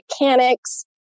mechanics